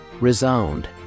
ReSound